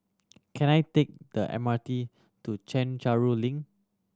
can I take the M R T to Chencharu Link